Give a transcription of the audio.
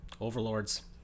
Overlords